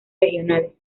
regionales